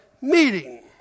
meeting